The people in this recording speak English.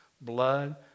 blood